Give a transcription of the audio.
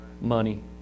Money